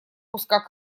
куска